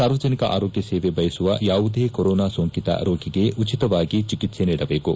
ಸಾರ್ವಜನಿಕ ಆರೋಗ್ಲ ಸೇವೆ ಬಯಸುವ ಯಾವುದೇ ಕೊರೊನಾ ಸೋಂಕಿತ ರೋಗಿಗೆ ಉಚಿತವಾಗಿ ಚಿಕಿತ್ವ ನೀಡಬೇಕು